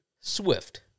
swift